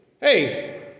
hey